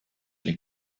или